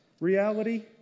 reality